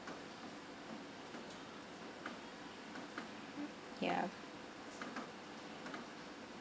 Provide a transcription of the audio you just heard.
ya